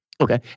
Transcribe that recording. okay